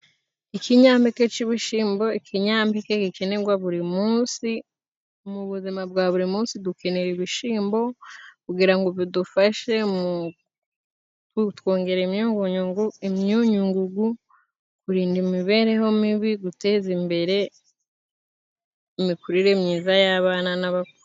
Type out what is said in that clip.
Ikinyampeke c'ibishimbo, ikinyampeke gikenegwa buri munsi mu buzima bwa buri munsi. Dukenera ibishyimbo kugira bidufashe mu kutwongerera imyunyu ngugu, imyunyu ngugu, kurinda imibereho mibi, guteza imbere imikurire myiza y'abana n'abakuru.